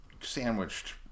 sandwiched